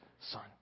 Son